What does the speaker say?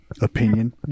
opinion